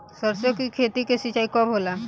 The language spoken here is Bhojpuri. सरसों की खेती के सिंचाई कब होला?